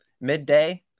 midday